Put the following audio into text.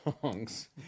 songs